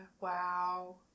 Wow